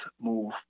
move